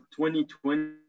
2020